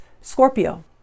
Scorpio